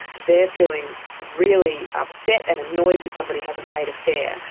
they are feeling really upset and annoyed that somebody hasn't paid a fare.